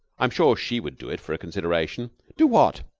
i am sure she would do it for a consideration. do what?